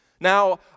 Now